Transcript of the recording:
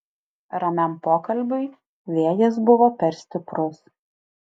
ramiam pokalbiui vėjas buvo per stiprus